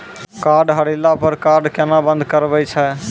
Card हेरैला पर card केना बंद करबै छै?